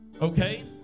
Okay